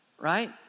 right